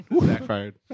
Backfired